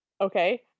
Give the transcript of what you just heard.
okay